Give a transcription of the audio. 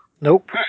Nope